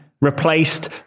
replaced